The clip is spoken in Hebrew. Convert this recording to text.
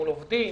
מול עובדים,